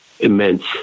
immense